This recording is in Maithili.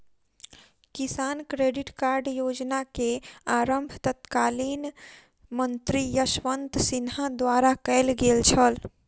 किसान क्रेडिट कार्ड योजना के आरम्भ तत्कालीन मंत्री यशवंत सिन्हा द्वारा कयल गेल छल